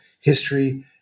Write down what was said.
history